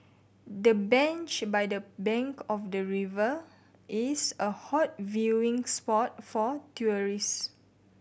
the bench by the bank of the river is a hot viewing spot for tourists